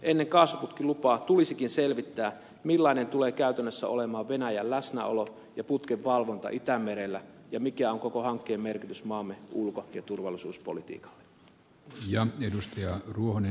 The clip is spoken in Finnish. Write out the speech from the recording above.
ennen kaasuputkilupaa tulisikin selvittää millainen tulee käytännössä olemaan venäjän läsnäolo ja putken valvonta itämerellä ja mikä on koko hankkeen merkitys maamme ulko ja turvallisuuspolitiikalle